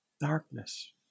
darkness